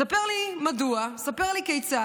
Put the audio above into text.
// ספר לי מדוע / ספר לי כיצד,